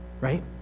right